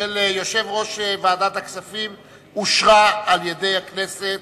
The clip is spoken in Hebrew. של יושב-ראש ועדת הכספים אושרה על-ידי הכנסת.